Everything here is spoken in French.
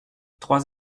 trois